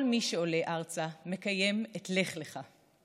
כל מי שעולה ארצה מקיים את "לך לך".